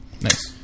Nice